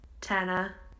Tanner